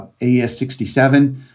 AES67